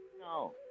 No